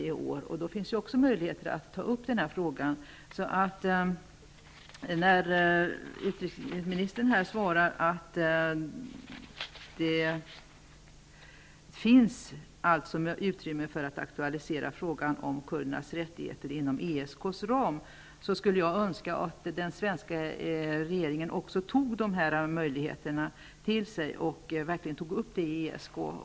Då kan det finnas möjligheter att ta upp frågan. När utrikesministern skriver att det finns utrymme för att inom ESK:s ram aktualisera frågan om kurdernas rättigheter, skulle jag önska att den svenska regeringen också tillvaratog möjligheterna och verkligen diskuterade frågan i ESK.